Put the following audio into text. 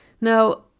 Now